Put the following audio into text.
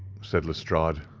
said lestrade.